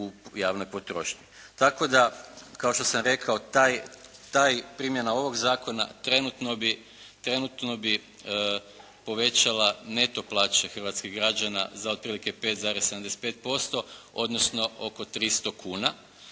tako da kao što sam rekao primjena ovog zakona trenutno bi povećala neto plaće hrvatskih građana za otprilike 5,75% odnosno oko 300 kuna